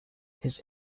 his